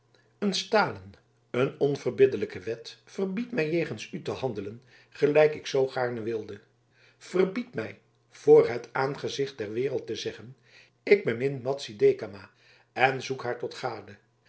een stalen een onverbiddelijke wet verbiedt mij jegens u te handelen gelijk ik zoo gaarne wilde verbiedt mij voor het aangezicht der wereld te zeggen ik bemin madzy dekama en zoek haar tot gade